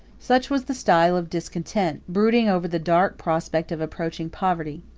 such was the style of discontent, brooding over the dark prospect of approaching poverty.